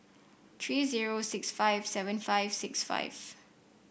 three zero six four seven five six five